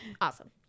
awesome